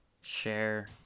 share